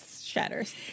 shatters